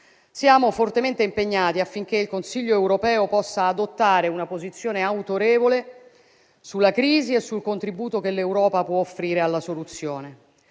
Siamo fortemente impegnati affinché il Consiglio europeo possa adottare una posizione autorevole sulla crisi e sul contributo che l'Europa può offrire alla soluzione.